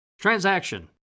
Transaction